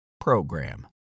program